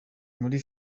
muri